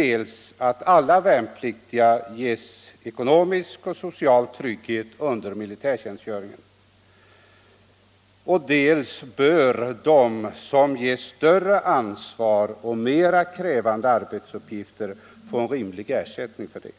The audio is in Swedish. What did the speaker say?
1. Alla värnpliktiga bör ges ekonomisk och social trygghet under militärtjänstgöringen. 2. De som har större ansvar och mera krävande arbetsuppgifter bör erhålla en rimlig ersättning härför.